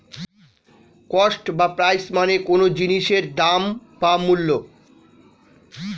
cost বা price মানে কোনো জিনিসের দাম বা মূল্য